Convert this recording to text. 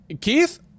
Keith